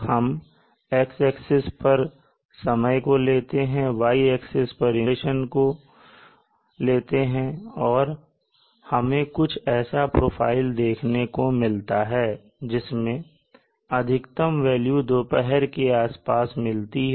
हम X axis पर समय को लेते हैं और Y एक्सिस पर इंसुलेशन kWm2 को लेते है और हमें कुछ ऐसा प्रोफाइल देखने को मिलता है जिसमें अधिकतम वेल्यू दोपहर के आस पास मिलती है